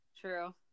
true